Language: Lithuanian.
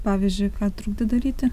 pavyzdžiui kad trukdė daryti